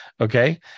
okay